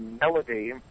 melody